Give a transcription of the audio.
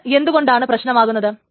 ഇത് എന്തു കൊണ്ടാണ് പ്രശ്നമാകുന്നത്